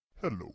Hello